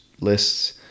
lists